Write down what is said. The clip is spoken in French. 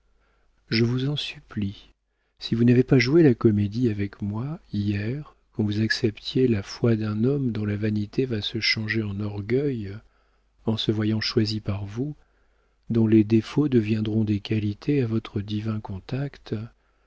je vous en supplie si vous n'avez pas joué la comédie avec moi hier quand vous acceptiez la foi d'un homme dont la vanité va se changer en orgueil en se voyant choisi par vous dont les défauts deviendront des qualités à votre divin contact